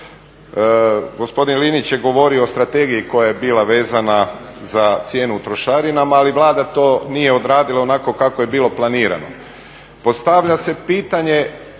Gospodin Linić je govorio o strategiji koja je bila vezana za cijenu trošarina ali Vlada to nije odradila onako kako je bilo planirano. Postavlja se pitanje